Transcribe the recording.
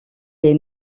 est